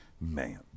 Man